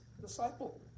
disciple